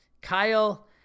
Kyle